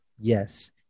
yes